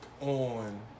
on